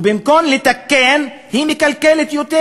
ובמקום לתקן היא מקלקלת יותר,